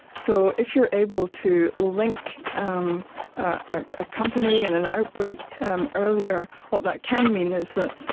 so if you're able to link um ah ah a company and an outbreak earlier, what that can mean is that,